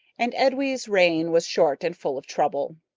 and edwy's reign was short and full of trouble.